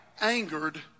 angered